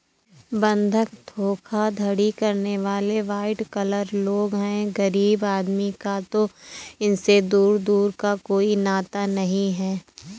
बंधक धोखाधड़ी करने वाले वाइट कॉलर लोग हैं गरीब आदमी का तो इनसे दूर दूर का कोई नाता नहीं है